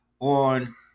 on